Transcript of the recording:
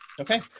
Okay